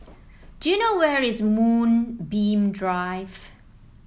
do you know where is Moonbeam Drive